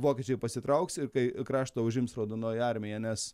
vokiečiai pasitrauks ir kai kraštą užims raudonoji armija nes